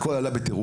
הכול עלה בטירוף,